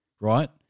right